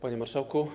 Panie Marszałku!